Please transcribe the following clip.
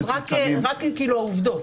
רק העובדות.